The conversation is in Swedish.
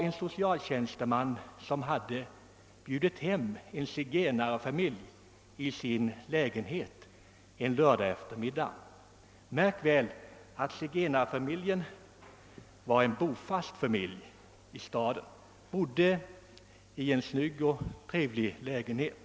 En socialtjänsteman hade bjudit hem en zigenarfamilj en lördageftermiddag — märk väl att det var en i staden bofast familj, som bodde i en snygg och trevlig lägenhet.